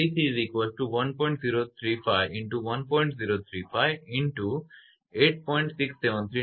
29×10−5 ohmmt મળે છે